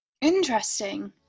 interesting